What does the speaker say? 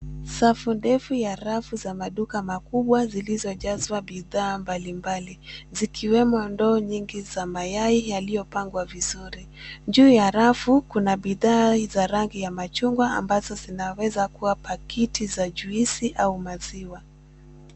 Safu ndefu ya rafu za maduka makubwa zilizojazwa bidhaa mbalimbali zikiwemo ndoo nyingi za mayai yaliyopangwa vizuri. Juu ya rafu kuna bidhaa za rangi ya machungwa ambazo zinaweza kuwa pakiti za juisi au maziwa.